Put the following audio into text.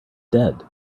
dead